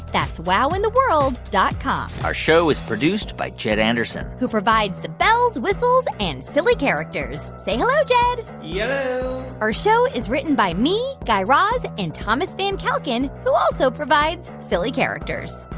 that's wowintheworld dot com our show is produced by jed anderson who provides the bells, whistles and silly characters. say hello, jed yello yeah our show is written by me, guy raz and thomas van kalken, who also provides silly characters.